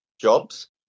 jobs